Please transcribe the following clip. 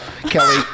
Kelly